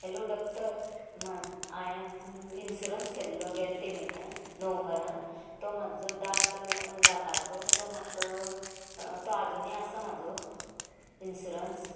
hello doctor म्हा हांयें insurance केल्लो गेले ते म्हयन्या नोव्हेंबरांत तो म्हाजो दात दांताचो तो म्हाका तो आजुनूय आसा म्हाजो इन्शुरंस